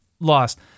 lost